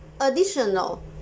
Additional